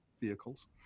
vehicles